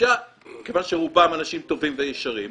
כיוון שרובם אנשים טובים וישרים,